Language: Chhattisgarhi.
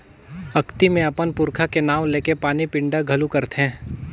अक्ती मे अपन पूरखा के नांव लेके पानी पिंडा घलो करथे